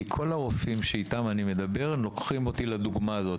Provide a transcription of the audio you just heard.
כי כל הרופאים שאני מדבר איתם לוקחים אותי לדוגמה הזאת